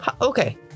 Okay